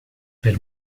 per